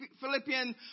Philippians